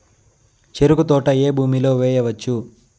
చెరుకు తోట ఏ భూమిలో వేయవచ్చు?